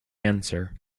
answer